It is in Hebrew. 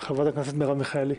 חברת הכנסת מרב מיכאלי.